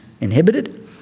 inhibited